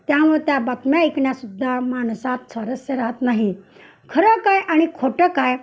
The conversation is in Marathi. त्यामुळं त्या बातम्या ऐकण्यात सुद्धा माणसात स्वारस्य राहत नाही खरं काय आणि खोटं काय